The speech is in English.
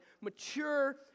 mature